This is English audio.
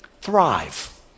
thrive